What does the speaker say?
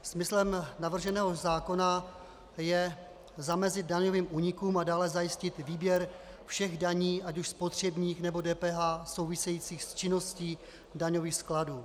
Smyslem navrženého zákona je zamezit daňovým únikům a dále zajistit výběr všech daní, ať už spotřebních, nebo DPH, souvisejících s činností daňových skladů.